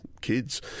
kids